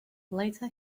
later